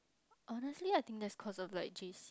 honestly I think that's cause of like J_C